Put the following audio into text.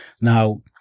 Now